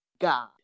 God